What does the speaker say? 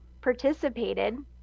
participated